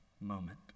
moment